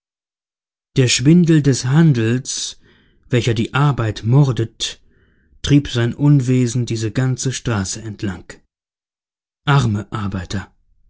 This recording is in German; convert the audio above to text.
der schwindel des handels welcher die arbeit mordet trieb sein unwesen diese ganze straße entlang arme arbeiter